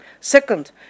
Second